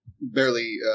barely